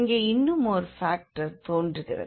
இங்கே இன்னுமோர் ஃபாக்டர் தோன்றுகிறது